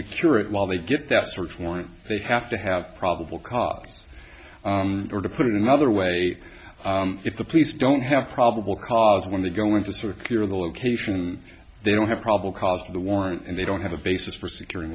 secure it while they get that search warrant they have to have probable cause or to put it another way if the police don't have probable cause when they go into sort of clear the location they don't have probable cause the warrant and they don't have a basis for securi